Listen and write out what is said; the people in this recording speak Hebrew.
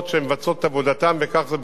חברת מע"צ מפקחת,